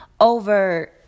over